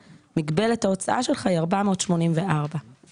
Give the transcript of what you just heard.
אני גם מניח שהמספר 48 מיליארד מבוסס על משהו מסוים,